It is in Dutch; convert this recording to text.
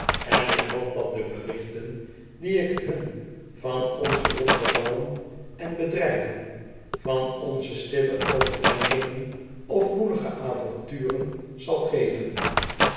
en ik hoop dat de berichten die ik hun van onze lotgevallen en bedrijven van onze stille overdenkingen of woelige avonturen zal geven